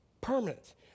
permanent